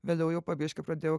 vėliau jau po biškį pradėjau